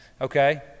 okay